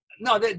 No